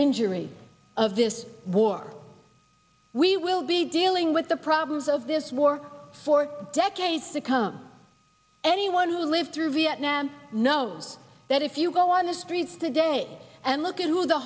injury of this war we will be dealing with the problems of this war for decades to come anyone who lived through vietnam knows that if you go on the streets today and look at who the